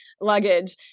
luggage